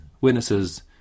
witnesses